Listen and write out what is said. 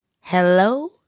Hello